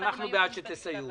אנחנו בעד שתסייעו.